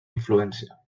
influència